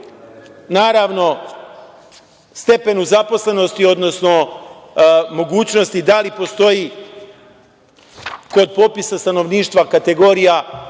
naravno stepenu zaposlenosti, odnosno mogućnosti da li postoji kod popisa stanovništva kategorija